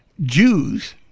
Jews